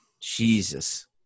Jesus